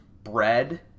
bread